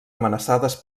amenaçades